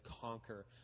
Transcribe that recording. conquer